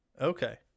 Okay